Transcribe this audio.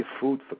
food